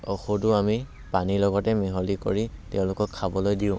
ঔষধো আমি পানীৰ লগতে মিহলি কৰি তেওঁলোকক খাবলৈ দিওঁ